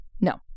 No